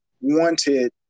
wanted